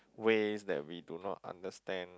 ways that we do not understand